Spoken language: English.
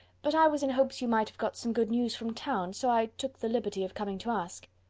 but i was in hopes you might got some good news from town, so i took the liberty of coming to ask.